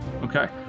Okay